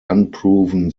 unproven